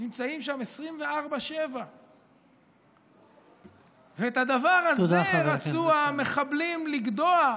נמצאים שם 24/7. את הדבר הזה רצו המחבלים לגדוע,